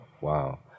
wow